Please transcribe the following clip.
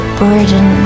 burden